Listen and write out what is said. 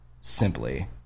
simply